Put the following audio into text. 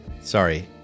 Sorry